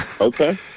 Okay